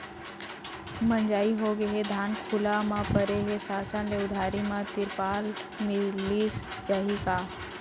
मिंजाई होगे हे, धान खुला म परे हे, शासन ले उधारी म तिरपाल मिलिस जाही का?